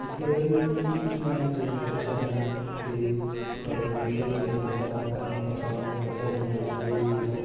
खेती बाड़िमे भी ई न है कि खर्चा न है खेती बाड़िमे खेत जोतवाना पानि पटाना फसल उगाना बीज बोअना